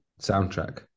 soundtrack